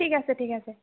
ঠিক আছে ঠিক আছে